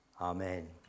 Amen